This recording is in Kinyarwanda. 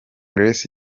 grace